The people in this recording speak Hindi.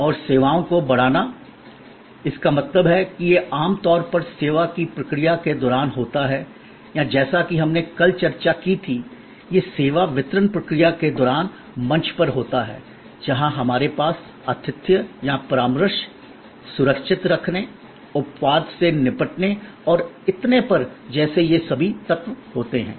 और सेवाओं को बढ़ाना इसका मतलब है कि यह आमतौर पर सेवा की प्रक्रिया के दौरान होता है या जैसा कि हमने कल चर्चा की थी यह सेवा वितरण प्रक्रिया के दौरान मंच पर होता है जहां हमारे पास आतिथ्य या परामर्श सुरक्षित रखने अपवाद से निपटने और इतने पर जैसे ये सभी तत्व होते हैं